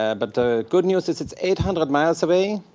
ah but the good news is it's eight hundred miles away,